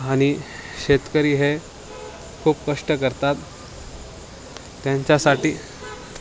आणि शेतकरी हे खूप कष्ट करतात त्यांच्यासाठी